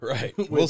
Right